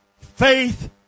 faith